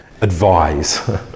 advise